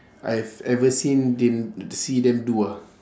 I've ever seen them see them do ah